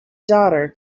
daughter